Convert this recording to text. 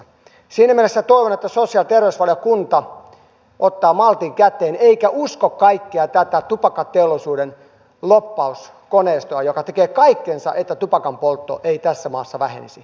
siinä mielessä toivon että sosiaali ja terveysvaliokunta ottaa maltin käteen eikä usko kaikkea tätä tupakkateollisuuden lobbauskoneistoa joka tekee kaikkensa että tupakanpoltto ei tässä maassa vähenisi